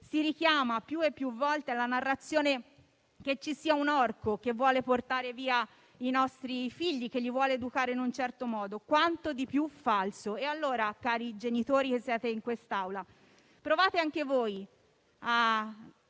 Si richiama più e più volte la narrazione secondo la quale c'è un orco che vuole portare via i nostri figli, che li vuole educare in un certo modo, ma questo è quanto di più falso. E allora, cari genitori che siete in quest'Aula, provate anche voi a